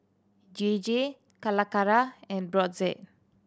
J J Calacara and Brotzeit